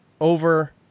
over